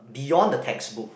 beyond the text book